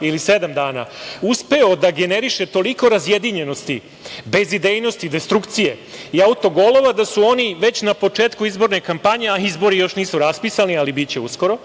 ili sedam dana uspeo da generiše toliko razjedinjenosti, bezidejnosti, destrukcije i autogolova da su oni već na početku izborne kampanje, a izbori još nisu raspisani, ali biće uskoro,